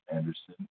Anderson